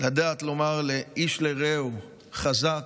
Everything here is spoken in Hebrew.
לדעת לומר איש לרעהו "חזק",